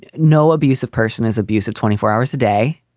no abusive person is abusive twenty four hours a day.